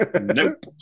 Nope